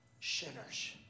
sinners